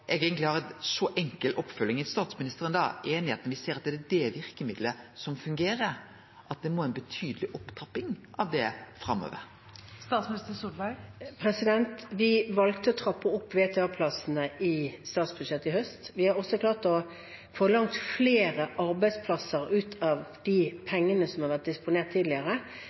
når vi ser det er det verkemiddelet som fungerer, at det må til ei betydeleg opptrapping av det framover? Vi valgte å trappe opp VTA-plassene i statsbudsjettet i høst. Vi har også klart å få langt flere arbeidsplasser ut av de pengene som har vært disponert tidligere.